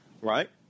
right